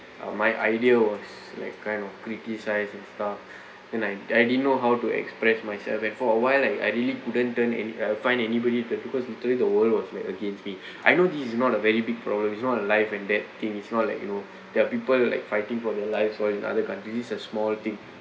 uh my idea was like kind of criticised and stuff and I I didn't know how to express myself and for a while I I really couldn't turn any uh find anybody because that time the world was like against me I know this is not a very big problems is not a life and death thing it's not like you know there're people like fighting for their lives or in other countries this a small thing